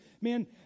man